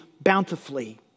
bountifully